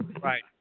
Right